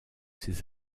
ces